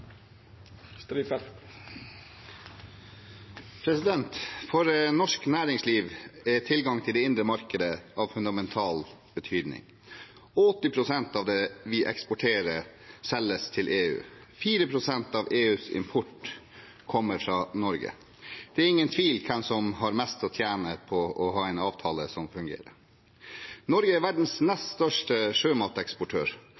For norsk næringsliv er tilgang til det indre markedet av fundamental betydning. 80 pst. av det vi eksporterer, selges til EU. 4 pst. av EUs import kommer fra Norge. Det er ingen tvil om hvem som har mest å tjene på å ha en avtale som fungerer. Norge er verdens